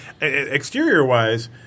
exterior-wise